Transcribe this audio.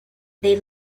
they